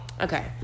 Okay